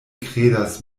kredas